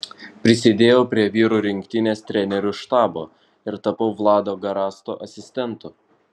prisidėjau prie vyrų rinktinės trenerių štabo ir tapau vlado garasto asistentu